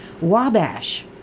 Wabash